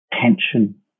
tension